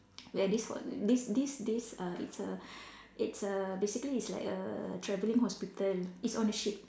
where this ho~ this this this uh it's a it's a basically it's like a travelling hospital it's on a ship